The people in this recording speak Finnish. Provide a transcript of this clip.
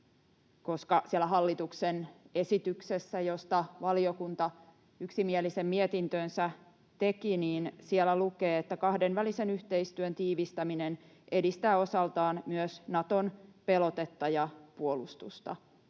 koska siellä hallituksen esityksessä, josta valiokunta yksimielisen mietintönsä teki, lukee, että ”kahdenvälisen yhteistyön tiivistäminen edistää osaltaan myös Naton pelotetta ja puolustusta”.